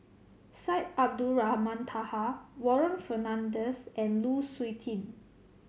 Syed Abdulrahman Taha Warren Fernandez and Lu Suitin